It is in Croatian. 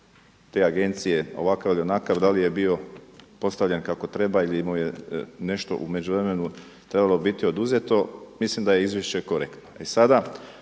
te Agencije ovakav ili onakav, da li je bio postavljen kako treba ili je imao nešto u međuvremenu, trebalo biti oduzeto. Mislim da je izvješće korektno.